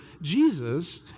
Jesus